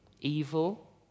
evil